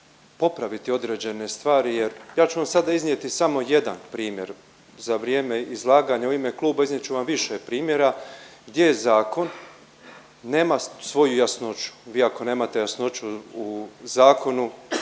popraviti određene stvari jer ja ću vam sada iznijeti samo jedan primjer. Za vrijeme izlaganja u ime kluba iznijet ću vam više primjena gdje zakon nema svoju jasnoću. Vi ako nemate jasnoću u zakonu